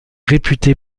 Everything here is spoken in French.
réputé